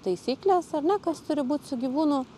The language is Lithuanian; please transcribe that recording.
taisyklės ar ne kas turi būt su gyvūnu